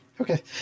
Okay